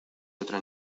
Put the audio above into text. otra